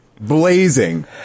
Blazing